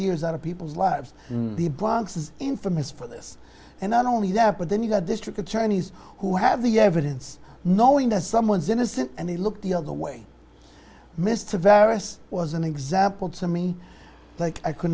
years out of people's lives the bronx is infamous for this and not only that but then you've got district attorneys who have the evidence knowing that someone's innocent and they look the other way mr verus was an example to me like i could